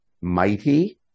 mighty